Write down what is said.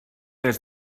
des